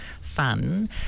fun